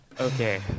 okay